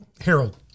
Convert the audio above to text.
Harold